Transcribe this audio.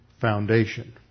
foundation